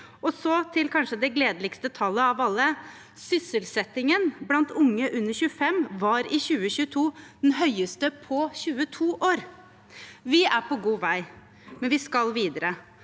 Og så til kanskje det gledeligste tallet av alle: Sysselsettingen blant unge under 25 var i 2022 den høyeste på 22 år. Vi er på god vei, men vi skal videre.